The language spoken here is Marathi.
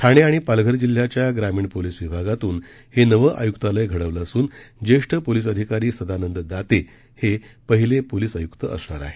ठाणे आणि पालघर जिल्ह्याच्या ग्रामीण पोलीस विभागातून हे नवं आयुक्तालय घडवण्यात आलं असून ज्येष्ठ पोलीस अधिकारी संदानंद दाते हे पहिले पोलिस आयुक्त असणार आहेत